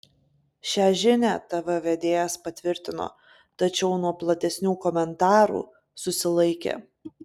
šią žinią tv vedėjas patvirtino tačiau nuo platesnių komentarų susilaikė